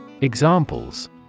Examples